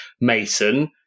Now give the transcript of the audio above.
Mason